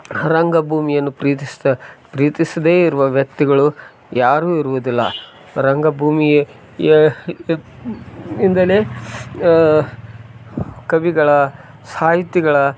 ರಂಗಭೂಮಿಯನ್ನು ಪ್ರೀತಿಸಿದ ಪ್ರೀತಿಸದೇ ಇರುವ ವ್ಯಕ್ತಿಗಳು ಯಾರು ಇರುವುದಿಲ್ಲ ರಂಗಭೂಮಿಯೆ ಯಾ ಯ ಇಂದಲೆ ಕವಿಗಳ ಸಾಹಿತಿಗಳ